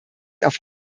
auf